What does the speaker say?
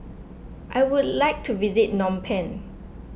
I would like to visit Phnom Penh